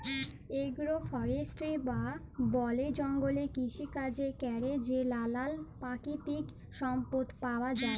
agro forestry বা বলে জঙ্গলে কৃষিকাজে ক্যরে যে লালাল পাকিতিক সম্পদ পাউয়া যায়